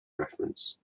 reference